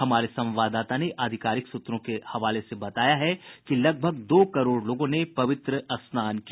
हमारे संवाददाता ने आधिकारिक सूत्रों के हवाले से बताया है कि लगाभग दो करोड़ लोगों ने पवित्र स्नान किया